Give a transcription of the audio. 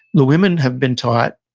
the women have been taught,